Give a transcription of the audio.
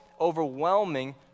overwhelming